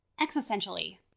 existentially